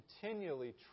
continually